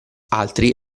altri